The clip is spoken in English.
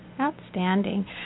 Outstanding